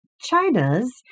China's